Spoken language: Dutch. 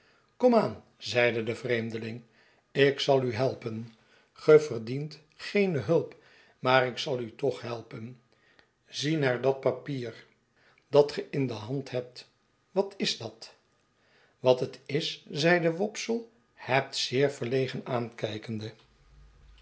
zeide de vreemdeling ik zai u helpen ge verdient geene hulp maar ik zai u toen helpen zie naar dat papier dat ge in de hand hebt wat is dat wat het is zeide wopsle het zeer verlegen aankijkende